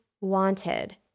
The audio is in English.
wanted